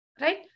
right